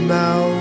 now